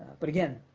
but again,